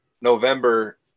November